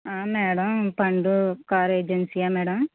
madam పండు car ఏజెన్సీయా madam